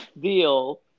deal